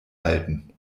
halten